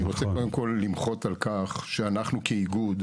אני רוצה קודם כל למחות על כך שאנחנו כאיגוד,